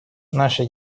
наша